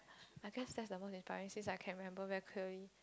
I guess that's among the entire series I can remember very clearly